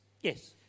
Yes